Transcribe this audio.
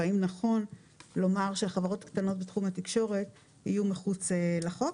והאם נכון לומר שהחברות הקטנות בתחום התקשורת יהיו מחוץ לחוק.